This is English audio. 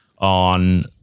on